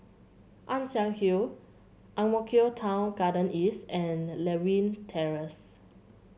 Ann Siang Hill Ang Mo Kio Town Garden East and Lewin Terrace